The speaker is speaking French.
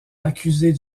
accusée